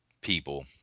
people